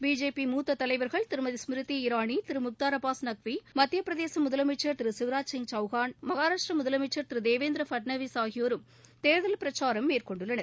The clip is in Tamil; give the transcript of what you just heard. பிஜேபி மூத்த தலைவர்கள் திருமதி ஸ்மிருதி இரானி திரு முக்தார் அப்பாஸ் நக்வி மத்தியப்பிரதேச முதலமைச்சர் திரு சிவ்ராஜ் சிங் சௌகான் மகராஷ்ட்ர முதலமைச்சர் திரு தேவேந்திர பட்நாவிஸ் ஆகியோரும் தேர்தல் பிரச்சாரம் மேற்கொண்டுள்ளனர்